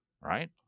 Right